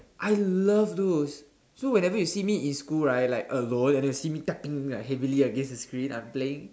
I loved those so whenever you see me in school right like alone and you see me like tapping like heavily against the screen I'm playing